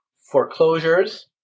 foreclosures